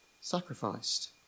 sacrificed